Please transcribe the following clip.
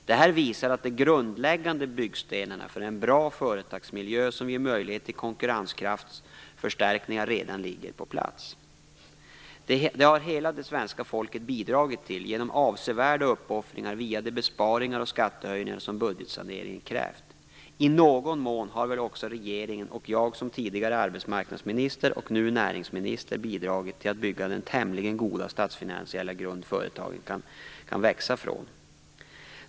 Det här visar att de grundläggande byggstenarna för en bra företagsmiljö, som ger möjlighet till konkurrenskraftsförstärkningar, redan ligger på plats. Det har hela det svenska folket bidragit till genom avsevärda uppoffringar via de besparingar och skattehöjningar som budgetsaneringen krävt. I någon mån har väl också regeringen och jag som tidigare arbetsmarknadsminister och nu näringsminister bidragit till att bygga den tämligen goda statsfinansiella grund företagen kan växa från.